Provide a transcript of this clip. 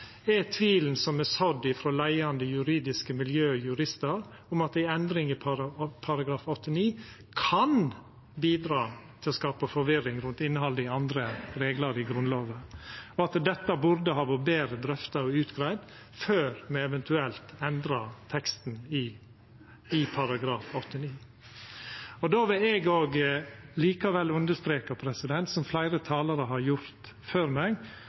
er tvilen som er sådd frå leiande juridiske miljø og juristar om at ei endring i § 89 kan bidra til å skapa forvirring rundt innhaldet i andre føresegner i Grunnlova, burde dette ha vore betre drøfta og greidd ut før me eventuelt endra teksten i § 89. Eg vil likevel streka under, som fleire talarar har gjort før meg,